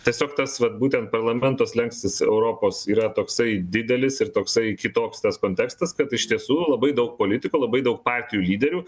tiesiog tas vat būtent parlamento slenkstis europos yra toksai didelis ir toksai kitoks tas kontekstas kad iš tiesų labai daug politikų labai daug partijų lyderių